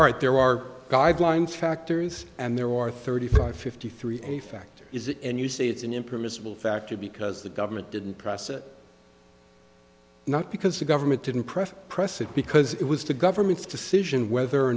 it there are guidelines factors and there are thirty five fifty three a factor is it and you say it's an impermissible factor because the government didn't process not because the government didn't press press it because it was the government's decision whether or